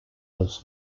was